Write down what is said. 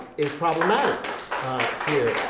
is problematic here.